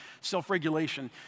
self-regulation